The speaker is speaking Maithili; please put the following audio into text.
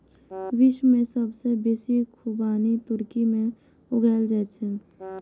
विश्व मे सबसं बेसी खुबानी तुर्की मे उगायल जाए छै